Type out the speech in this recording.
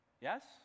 Yes